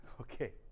Okay